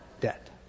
debt